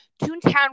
Toontown